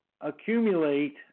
accumulate